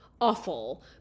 awful